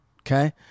Okay